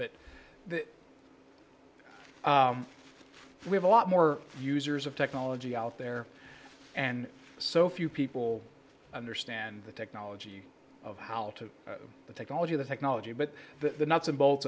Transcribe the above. but we have a lot more users of technology out there and so few people understand the technology of how to the technology the technology but the nuts and bolts